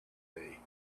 day